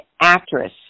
actress